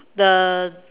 the